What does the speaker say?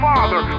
Father